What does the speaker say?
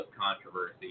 controversy